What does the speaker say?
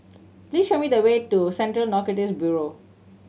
please show me the way to Central Narcotics Bureau